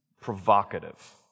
provocative